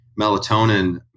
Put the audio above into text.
melatonin